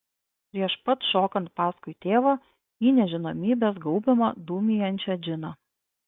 prieš pat šokant paskui tėvą į nežinomybės gaubiamą dūmijančią džiną